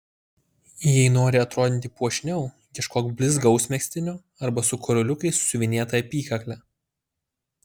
jei nori atrodyti puošniau ieškok blizgaus megztinio arba su karoliukais siuvinėta apykakle